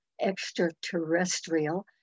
extraterrestrial